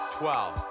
twelve